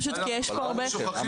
פשוט כי יש פה הרבה ביקורת.